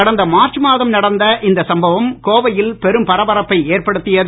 கடந்த மார்ச் மாதம் நடந்த இந்த சம்பவம் கோவையில் பெரும் பரபரப்பை ஏற்படுத்தியது